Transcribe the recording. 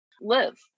live